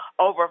Over